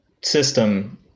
system